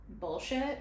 bullshit